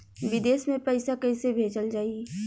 विदेश में पईसा कैसे भेजल जाई?